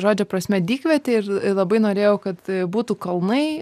žodžio prasme dykvietė ir labai norėjau kad būtų kalnai